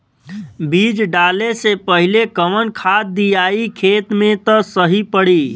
बीज डाले से पहिले कवन खाद्य दियायी खेत में त सही पड़ी?